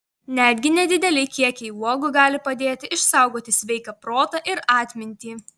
netgi nedideli kiekiai uogų gali padėti išsaugoti sveiką protą ir atmintį